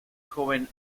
joven